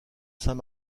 saint